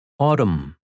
Autumn